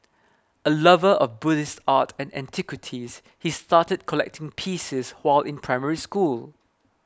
a lover of Buddhist art and antiquities he started collecting pieces while in Primary School